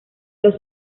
los